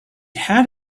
had